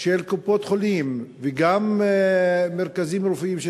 של קופות-החולים וגם במרכזים רפואיים של